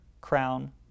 crown